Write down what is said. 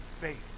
faith